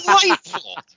Delightful